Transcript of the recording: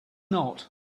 not